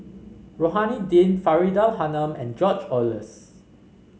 Rohani Din Faridah Hanum and George Oehlers